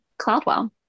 Cloudwell